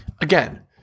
Again